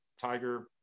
Tiger